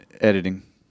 Editing